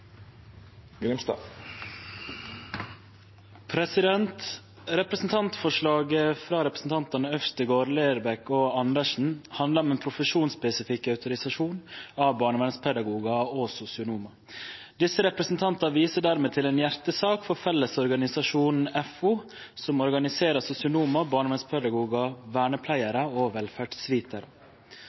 Representantforslaget frå representantane Øvstegård, Lerbrekk og Andersen handlar om ein profesjonsspesifikk autorisasjon av barnevernspedagogar og sosionomar. Desse representantane viser dermed til ei hjartesak for Fellesorganisasjonen, FO, som organiserer sosionomar, barnevernspedagogar, vernepleiarar og